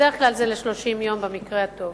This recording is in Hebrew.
בדרך כלל זה ל-30 יום, במקרה הטוב.